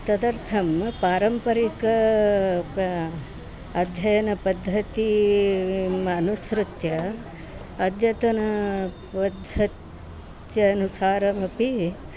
तदर्थं पारम्परिकां अध्ययनपद्धतिम् अनुसृत्य अद्यतनापद्धत्यनुसारमपि